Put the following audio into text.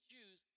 Jews